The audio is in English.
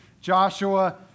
Joshua